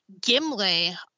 Gimli